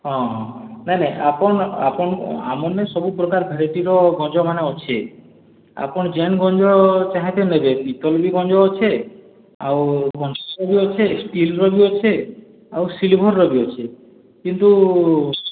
ହଁ ହଁ ନାଇଁ ନାଇଁ ଆପଣ୍ ଆପଣ୍ଙ୍କୁ ଆମର୍ ନେ ସବୁପ୍ରକାର ଭେରାଇଟିର ଗଞ୍ଜମାନେ ଅଛେ ଆପଣ ଯେନ୍ ଗଞ୍ଜ ଯାହା ବି ନେବେ ପିତଲ୍ର ବି ଗଞ୍ଜ ଅଛେ ଆଉ କଂସା ବି ଅଛେ ଷ୍ଟିଲ୍ ର ବି ଅଛେ ଆଉ ସିଲଭର୍ ର ବି ଅଛେ କିନ୍ତୁ